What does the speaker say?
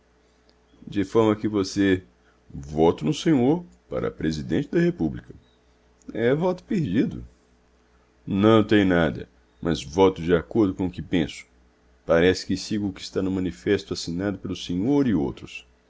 de forma que você voto no senhor para presidente da república é voto perdido não tem nada mas voto de acordo com o que penso parece que sigo o que está no manifesto assinado pelo senhor e outros